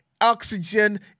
oxygen